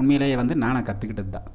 உண்மையிலேயே வந்து நானாக கற்றுக்கிட்டதுதான்